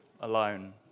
alone